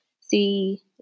see